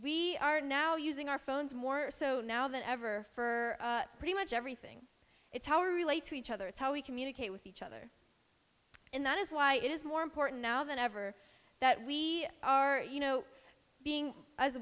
we are now using our phones more so now than ever for pretty much everything it's how relate to each other it's how we communicate with each other and that is why it is more important now than ever that we are you know being as